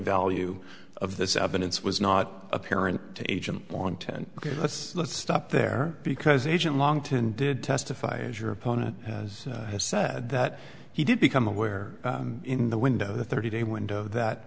value of this evidence was not apparent to agent on ten ok let's let's stop there because agent long ten did testify as your opponent has said that he did become aware in the window the thirty day window that